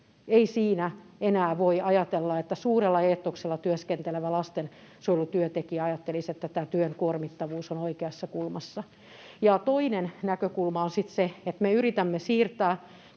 Ei siinä enää voi ajatella, että suurella eetoksella työskentelevä lastensuojelutyöntekijä ajattelisi, että tämä työn kuormittavuus on oikeassa kulmassa. Toinen näkökulma on sitten se, että me yritämme siirtää,